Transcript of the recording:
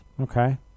Okay